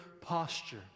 posture